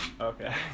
Okay